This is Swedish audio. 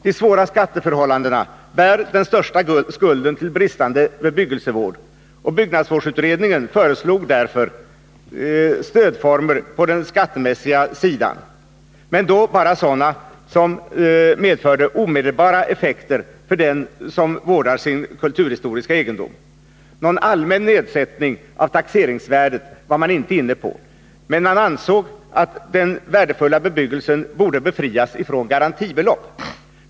De svåra skatteförhållandena bär den största skulden till bristande bebyggelsevård. Byggnadsvårdsutredningen foreslog därför stödformer på den skattemässiga sidan, men då bara sådana som medförde omedelbara 81 effekter för den som vårdar sin kulturhistoriska egendom. Någon allmän nedsättning av taxeringsvärdet var man inte inne på. Men man ansåg att den värdefulla bebyggelsen borde bli befriad från garantibelopp.